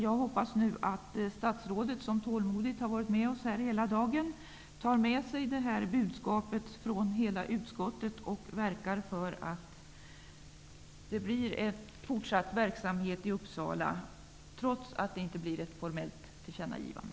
Jag hoppas nu att statsrådet -- som tålmodigt varit med oss här hela dagen -- tar med sig detta budskap från hela utskottet och verkar för att det blir fortsatt verksamhet i hela Uppsala trots att det inte blir ett formellt tillkännagivande.